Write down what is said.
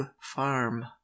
farm